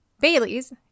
Bailey's